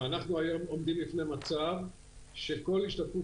ואנחנו היום עומדים בפני מצב שכל השתתפות